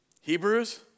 Hebrews